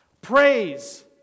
Praise